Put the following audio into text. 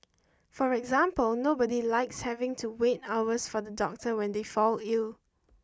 for example nobody likes having to wait hours for the doctor when they fall ill